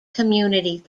community